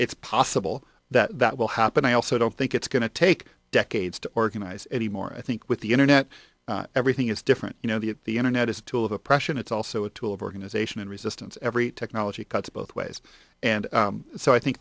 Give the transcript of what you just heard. it's possible that that will happen i also don't think it's going to take decades to organize anymore i think with the internet everything is different you know that the internet is a tool of oppression it's also a tool of organization and resistance every technology cuts both ways and so i think